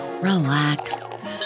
relax